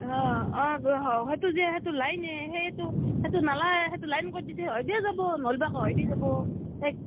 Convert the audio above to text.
অ অ হেইতো যে হেইটো লাইনেই সেইটো সেইটো নলা সেইটো লাইন কৰি দিছোঁ হয়দিয়ে যাব নহ'লে বা কহেদিয়ে যাব